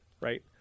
right